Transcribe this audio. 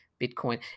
Bitcoin